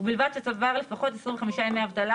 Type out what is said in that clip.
ובלבד שצבר לפחות 25 ימי אבטלה